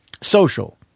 social